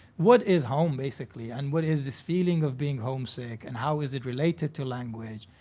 what is home, basically? and what is this feeling of being homesick, and how is it related to language?